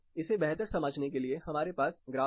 इसे बेहतर समझने के लिए हमारे पास यह ग्राफ है